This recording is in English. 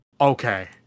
Okay